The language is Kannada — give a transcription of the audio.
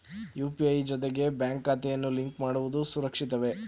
ಯು.ಪಿ.ಐ ಜೊತೆಗೆ ಬ್ಯಾಂಕ್ ಖಾತೆಯನ್ನು ಲಿಂಕ್ ಮಾಡುವುದು ಸುರಕ್ಷಿತವೇ?